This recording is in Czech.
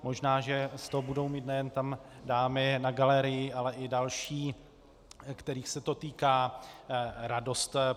Možná že z toho budou mít nejen tam dámy na galerii, ale i další, kterých se to týká, radost.